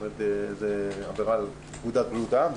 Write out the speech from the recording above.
זה עבירה על פקודת בריאות העם,